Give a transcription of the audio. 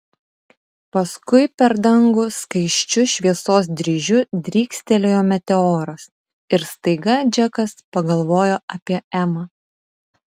paskui per dangų skaisčiu šviesos dryžiu drykstelėjo meteoras ir staiga džekas pagalvojo apie emą